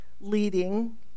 leading